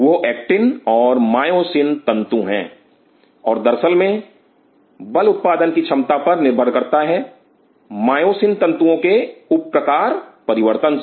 वह एक्टिन और मायोसिन तंतु हैं और दरअसल में बल उत्पादन की क्षमता पर निर्भर करता है मायोसिन तंतुओं के उप प्रकार परिवर्तन से